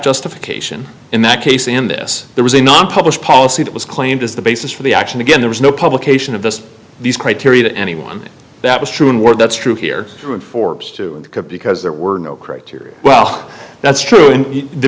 justification in that case in this there was a non published policy that was claimed as the basis for the action again there was no publication of this these criteria to anyone that was true or that's true here in forbes two because there were no criteria well that's true and the